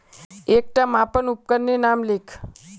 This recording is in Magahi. एकटा मापन उपकरनेर नाम लिख?